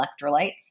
electrolytes